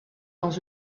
dans